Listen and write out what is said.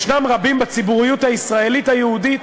ישנם רבים בציבוריות הישראלית היהודית